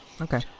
Okay